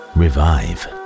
revive